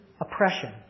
oppression